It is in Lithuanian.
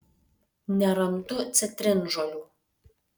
nerandu citrinžolių